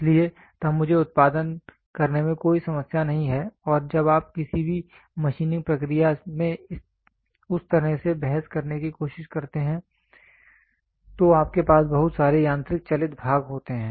इसलिए तब मुझे उत्पादन करने में कोई समस्या नहीं है और जब आप किसी भी मशीनिंग प्रक्रिया में उस तरह से बहस करने की कोशिश करते हैं जब आपके पास बहुत सारे यांत्रिक चलित भाग होते हैं